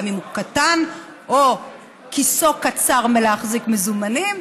אם הוא קטן או כיסו צר מלהחזיק מזומנים,